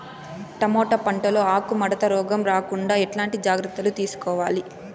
Tomato పంట లో ఆకు ముడత రోగం రాకుండా ఎట్లాంటి జాగ్రత్తలు తీసుకోవాలి?